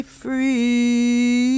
free